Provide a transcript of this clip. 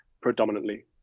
predominantly